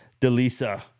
Delisa